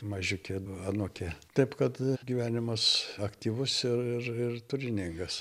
mažiukė anūkė taip kad gyvenimas aktyvus ir ir ir turiningas